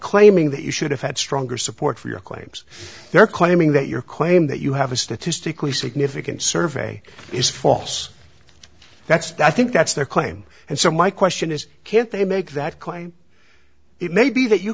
claiming that you should have had stronger support for your claims they're claiming that your claim that you have a statistically significant survey is false that's i think that's their claim and so my question is can they make that claim it may be that you